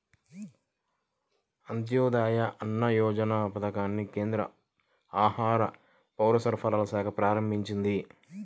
అంత్యోదయ అన్న యోజన పథకాన్ని కేంద్ర ఆహార, పౌరసరఫరాల శాఖ ప్రారంభించింది